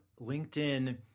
LinkedIn